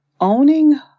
owning